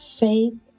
faith